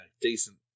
decent